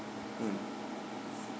mm